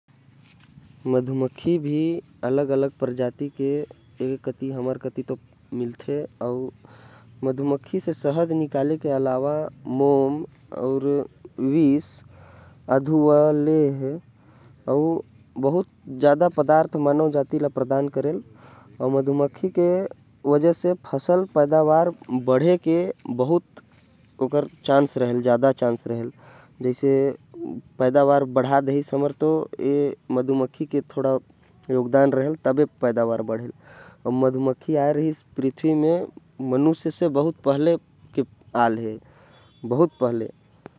मधुमखी ह शहद के अलावा मोम विष अथवा लेह के भी उत्पादन करथे। अउ मानव मन ला प्रदान करथे। फसल के बढ़ाये म भी मधुमखी के बहुत बड़ा हाथ होथे।